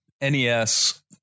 nes